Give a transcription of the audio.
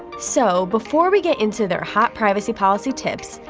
so, before we get into their hot privacy policy tips,